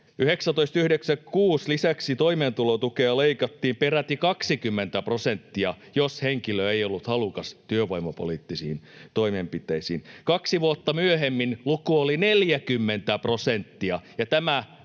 1996 toimeentulotukea leikattiin peräti 20 prosenttia, jos henkilö ei ollut halukas työvoimapoliittisiin toimenpiteisiin. Kaksi vuotta myöhemmin luku oli 40 prosenttia